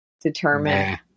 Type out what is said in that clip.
determine